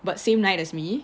but same night as me